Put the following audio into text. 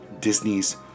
Disney's